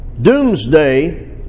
Doomsday